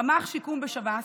רמ"ח שיקום בשב"ס,